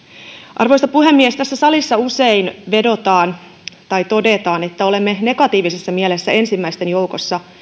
arvoisa puhemies tässä salissa usein todetaan että olemme negatiivisessa mielessä ensimmäisten joukossa